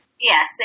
Yes